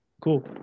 cool